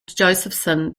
josephson